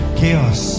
chaos